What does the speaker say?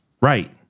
Right